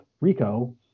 Rico